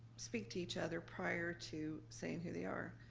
speak to each other prior to saying who they are.